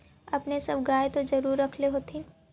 अपने सब गाय तो जरुरे रख होत्थिन?